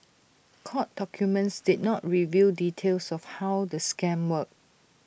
court documents did not reveal details of how the scam worked